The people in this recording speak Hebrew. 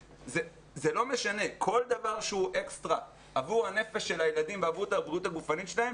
כל דבר שהוא אקסטרה עבור הנפש של הילדים ועבור הבריאות הגופנית שלהם,